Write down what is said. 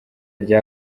rya